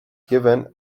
given